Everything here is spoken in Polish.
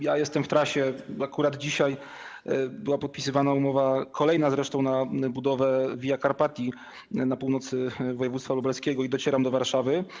Jestem w trasie - akurat dzisiaj była podpisywana umowa, kolejna zresztą, na budowę Via Carpatia na północy województwa lubelskiego - i docieram do Warszawy.